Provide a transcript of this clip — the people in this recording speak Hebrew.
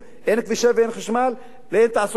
אין כבישי גישה ואין חשמל ואין תעסוקה,